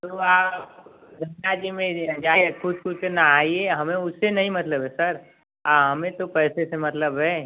तो आप गंगा जी में जाएँ कूद कूद के नहाइए हमें उससे नहीं मतलब है सर हमें तो पैसे से मतलब है